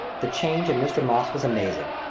the change in mr. moss was amazing.